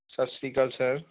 ਸਤਿ ਸ੍ਰੀ ਅਕਾਲ ਸਰ